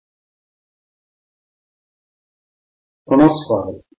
ప్రయోగము op amp ఉపయోగించి integrator మరియు differentiator circuit ల అధ్యయనం పునః స్వాగతం